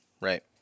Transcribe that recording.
Right